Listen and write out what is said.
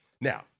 Now